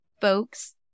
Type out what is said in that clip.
folks